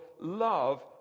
love